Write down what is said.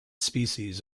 species